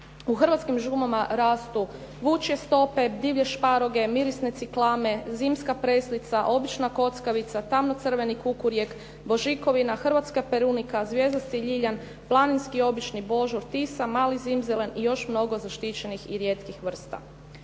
U hrvatskim šumama rastu vučje stope, divlje šparoge, mirisne ciklame, zimska preslica, obična kockavica, tamnocrveni kukurijek, božikovina, hrvatska perunika, zvjezdasti ljiljan, planinski i obični božur, tisa, mali zimzelen i još mnogo zaštićenih i rijetkih vrsta.